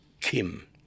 Kim